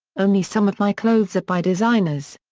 only some of my clothes are by designers.